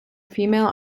female